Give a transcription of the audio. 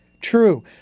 True